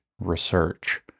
Research